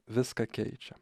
viską keičia